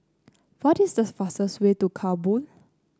what is the fastest way to Kabul